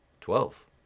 Twelve